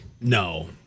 No